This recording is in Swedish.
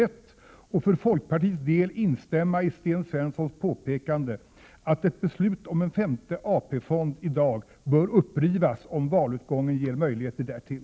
Jag vill också för folkpartiets del instämma i Sten Svenssons påpekande att ett beslut om en femte AP-fond i dag bör upprivas om valutgången ger möjlighet därtill.